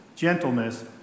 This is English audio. gentleness